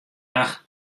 acht